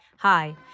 Hi